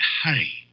hurry